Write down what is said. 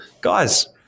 Guys